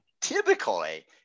typically